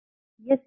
यह सीमा है